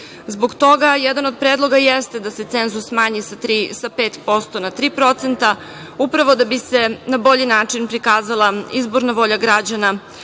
toga jedan od predloga jeste da se cenzus smanji sa 5% na 3%, upravo da bi se na bolji način prikazala izborna volja građana,